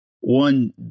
One